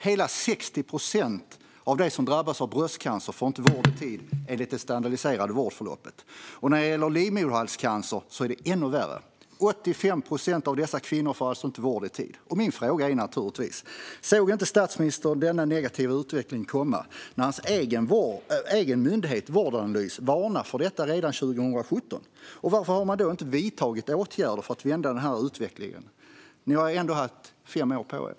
Hela 60 procent av dem som drabbas av bröstcancer får inte vård i tid enligt det standardiserade vårdförloppet. När det gäller livmoderhalscancer är det ännu värre: 85 procent av dessa kvinnor får inte vård i tid. Min fråga är naturligtvis: Såg inte statsministern denna negativa utveckling komma när hans egen myndighet Vårdanalys varnade för detta redan 2017? Varför har man då inte vidtagit åtgärder för att vända denna utveckling? Man har ju ändå haft fem år på sig.